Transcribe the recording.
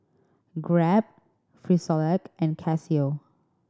Grab Frisolac and Casio